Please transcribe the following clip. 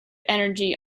energy